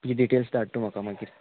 तुजी डिटेल्स धाड तूं म्हाका मागीर